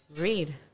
read